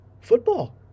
football